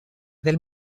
del